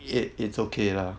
it it's okay lah